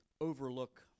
overlook